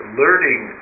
learning